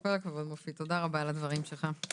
כל הכבוד, מופיד, תודה רבה על הדברים שלך.